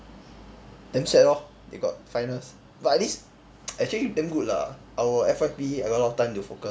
damn sad lor they got finals but at least actually damn good lah our F_Y_P I got a lot of time to focus